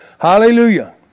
Hallelujah